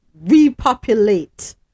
repopulate